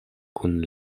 kun